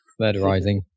Murderizing